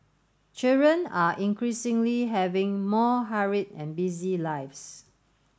children are increasingly having more hurried and busy lives